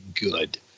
good